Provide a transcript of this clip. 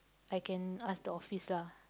I can ask the office lah